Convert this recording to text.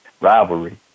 rivalry